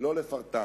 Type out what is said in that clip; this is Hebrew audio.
שלא לפרטם.